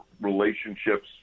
relationships